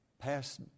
past